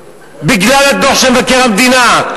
בגלל הדוח של מבקר המדינה.